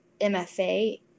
MFA